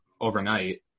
overnight